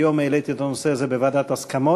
היום העליתי את הנושא הזה בוועדת ההסכמות.